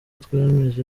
twemeje